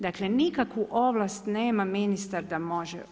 Dakle nikakvu ovlast nema ministar da može.